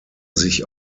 sich